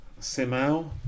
Simao